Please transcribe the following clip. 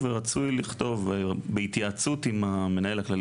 רצוי לכתוב: ״בהתייעצות עם המנהל הכללי